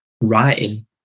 writing